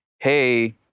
hey